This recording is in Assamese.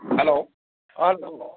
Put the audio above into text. হেল্ল' অঁ